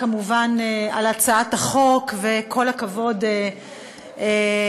כמובן על הצעת החוק וכל הכבוד עליה.